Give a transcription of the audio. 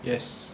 yes